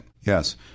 yes